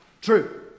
true